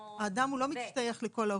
האדם לא משתייך לכל האוכלוסיות.